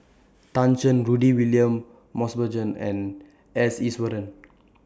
Tan Shen Rudy William Mosbergen and S Iswaran